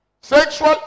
Sexual